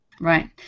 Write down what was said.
Right